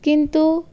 কিন্তু